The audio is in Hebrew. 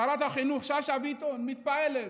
שרת החינוך שאשא ביטון מתפעלת,